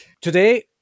Today